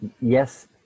Yes